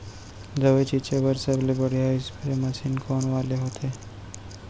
दवई छिंचे बर सबले बढ़िया स्प्रे मशीन कोन वाले होथे?